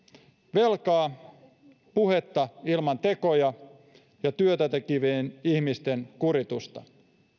velkaa puhetta ilman tekoja ja työtätekevien ihmisten kuritusta